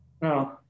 No